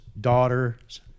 daughter's